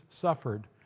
suffered